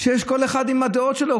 שכל אחד עם הדעות שלו,